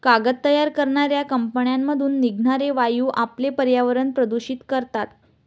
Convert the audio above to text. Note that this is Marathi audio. कागद तयार करणाऱ्या कंपन्यांमधून निघणारे वायू आपले पर्यावरण प्रदूषित करतात